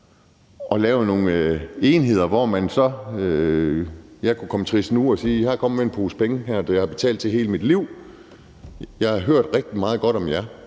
og lave nogle enheder, hvor man så kunne komme trissende og sige: Jeg kommer med en pose penge her, som jeg har betalt til hele mit liv, og jeg har hørt rigtig meget godt om jer.